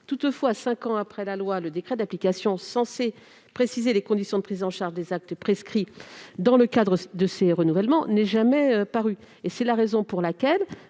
Toutefois, cinq ans après la loi, le décret d'application censé préciser les conditions de prise en charge des actes prescrits dans le cadre de ces renouvellements n'est toujours pas paru. C'est la raison pour laquelle